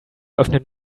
öffnen